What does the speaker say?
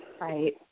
Right